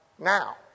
Now